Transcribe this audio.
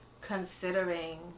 considering